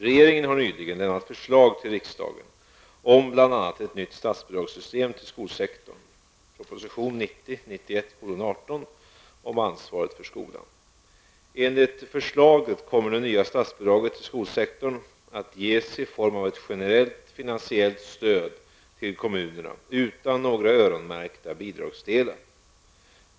Regeringen har nyligen lämnat förslag till riksdagen om bl.a. ett nytt statsbidragssystem till skolsektorn . Enligt förslaget kommer det nya statsbidraget till skolsektorn att ges i form av ett generellt finansiellt stöd till kommunerna utan några öronmärkta bidragsdelar.